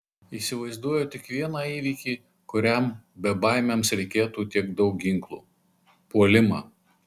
įsivaizduoju tik vieną įvykį kuriam bebaimiams reikėtų tiek daug ginklų puolimą